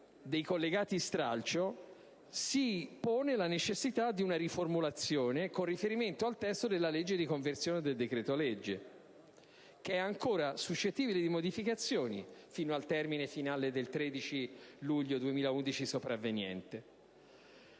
dei collegati stralcio si porrà la necessità di una riformulazione con riferimento al testo della legge di conversione del decreto-legge, che sarà ancora suscettibile di modificazioni fino al termine finale del 13 luglio 2011. Non solo.